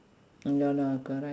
ya lah correct